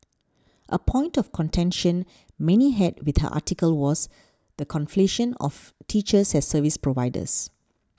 a point of contention many had with her article was the conflation of teachers as service providers